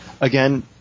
Again